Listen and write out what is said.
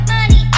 Money